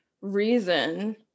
Reason